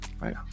right